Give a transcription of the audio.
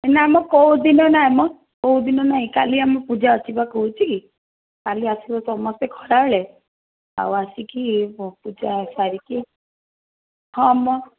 ନାଁ ମ କେଉଁ ଦିନ ନାଁ ମ କେଉଁ ଦିନ ନାଇଁ କାଲି ଆମ ପୂଜା ଅଛି ବା କହୁଛି କାଲି ଆସିବ ସମସ୍ତେ ଖରାବେଳେ ଆଉ ଆସିକି ପୂଜା ସାରିକି ହଁ ମ